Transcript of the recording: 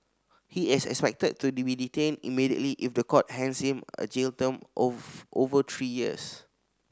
he is expected to be detained immediately if the court hands him a jail term over three years